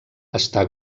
està